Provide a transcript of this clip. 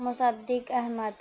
Musadiq Ahmad